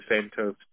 centers